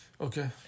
Okay